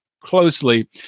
closely